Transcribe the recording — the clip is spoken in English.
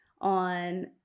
on